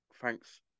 thanks